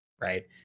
right